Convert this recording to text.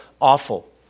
awful